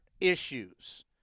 issues